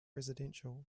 residential